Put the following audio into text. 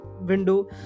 window